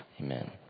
Amen